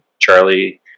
Charlie